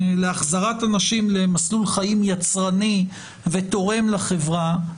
להחזרת אנשים למסלול חיים יצרני ותורם לחברה,